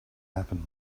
happen